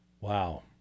Wow